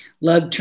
love